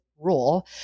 rule